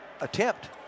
attempt